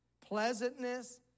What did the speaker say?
Pleasantness